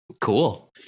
Cool